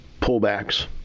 pullbacks